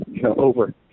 over